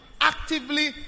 actively